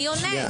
מי עונה?